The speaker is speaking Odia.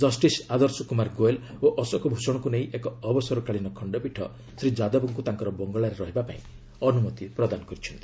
ଜଷ୍ଟିସ୍ ଆଦର୍ଶ କ୍ରମାର ଗୋୟଲ୍ ଓ ଅଶୋକ ଭ୍ଷଣଙ୍କ ନେଇ ଏକ ଅବସରକାଳୀନ ଖଣ୍ଡପୀଠ ଶ୍ରୀ ଯାଦବ୍ଙ୍କୁ ତାଙ୍କର ବଙ୍ଗଳାରେ ରହିବାପାଇଁ ଅନୁମତି ଦେଇଛନ୍ତି